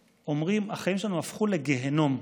אומרים: החיים שלנו הפכו לגיהינום.